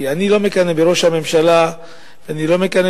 כי אני לא מקנא בראש הממשלה ואני לא מקנא